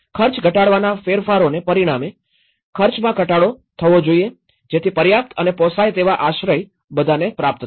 ખર્ચ ઘટાડવાના ફેરફારોને પરિણામે ખર્ચમાં ઘટાડો થવો જોઈએ જેથી પર્યાપ્ત અને પોસાય તેવા આશ્રય બધાને પ્રાપ્ત થાય